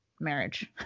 marriage